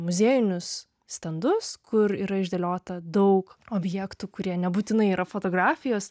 muziejinius stendus kur yra išdėliota daug objektų kurie nebūtinai yra fotografijos